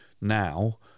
now